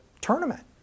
tournament